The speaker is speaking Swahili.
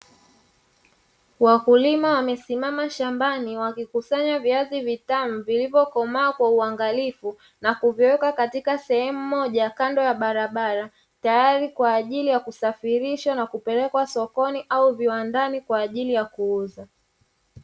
Wakulima wamesimama shambani wakikusanya vaizi vitamu, vilivyo komaa kwa uangalifu na kuwekwa katika sehemu moja kando ya barabara, tayari kwa ajili ya kusafirisha na kupelekwa sokoni au viwandani kwa ajili ya kuuzwa.